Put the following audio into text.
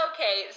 Okay